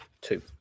two